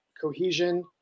cohesion